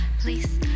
Please